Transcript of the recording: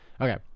okay